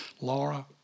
Laura